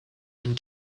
and